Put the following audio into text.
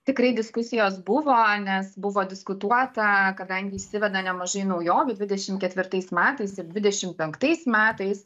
tikrai diskusijos buvo nes buvo diskutuota kadangi įsiveda nemažai naujovių dvidešimt ketvirtais metais ir dvidešimt penktais metais